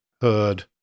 heard